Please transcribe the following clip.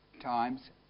times